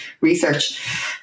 research